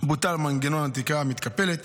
בוטל מנגנון התקרה המתקפלת,